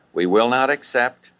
we will not accept,